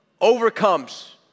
overcomes